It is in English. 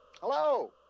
hello